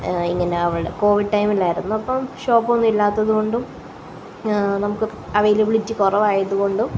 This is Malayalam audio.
ഇങ്ങനെ അവൾ കോവിഡ് ടൈമിൽ ആയിരുന്നു അപ്പം ഷോപ്പൊന്നുവില്ലാത്തത് കൊണ്ടും നമുക്ക് അവൈലബിളിറ്റി കുറവായത് കൊണ്ടും